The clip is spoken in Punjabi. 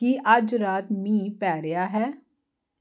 ਕੀ ਅੱਜ ਰਾਤ ਮੀਂਹ ਪੈ ਰਿਹਾ ਹੈ